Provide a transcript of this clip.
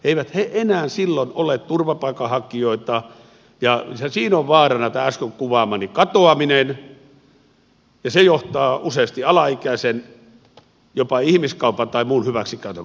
eivät he enää silloin ole turvapaikanhakijoita ja siinä on vaarana tämä äsken kuvaamani katoaminen ja se johtaa useasti alaikäisen jopa ihmiskaupan tai muun hyväksikäytön kohteeksi